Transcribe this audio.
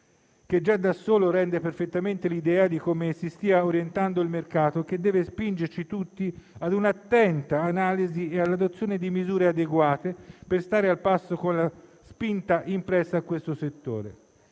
che, già da solo, rende perfettamente l'idea di come si stia orientando il mercato, che deve spingerci tutti ad un'attenta analisi e all'adozione di misure adeguate, per stare al passo con la spinta impressa a questo settore.